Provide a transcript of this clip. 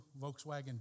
Volkswagen